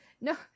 no